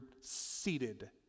seated